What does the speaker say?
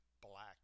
black